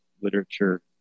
literature